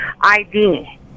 ID